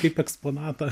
kaip eksponatą